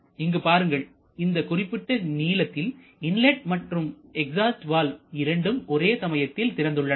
இங்கு பாருங்கள் இந்த குறிப்பிட்ட நீளத்தில் இன்லட் மற்றும் எக்ஸாஸ்ட் வால்வு இரண்டும் ஒரே சமயத்தில் திறந்துள்ளன